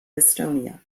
estonia